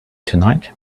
tonight